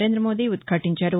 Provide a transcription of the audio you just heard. నరేం్రదమోదీ ఉద్భాటించారు